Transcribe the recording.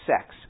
sex